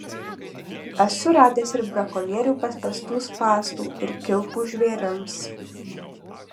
esu radęs ir brakonierių paspęstų spąstų ir kilpų žvėrims